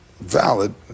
valid